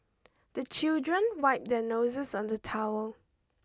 the children wipe their noses on the towel